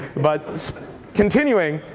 but continuing,